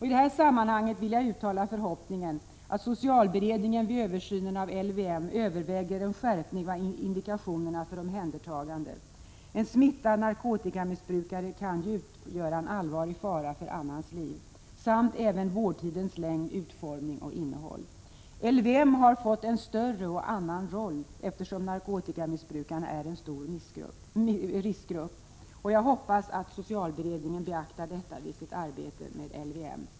I detta sammanhang vill jag uttala förhoppningen att socialberedningen vid översynen av LVM överväger en skärpning av indikationerna för omhändertaganden — en smittad narkotikamissbrukare kan ju utgöra en allvarlig fara för annans liv — samt vårdtidens längd, utformning och innehåll. LVM har fått en större och annan roll, eftersom narkotikamissbrukarna är en stor riskgrupp. Jag hoppas att socialberedningen beaktar detta vid sitt arbete med LVM.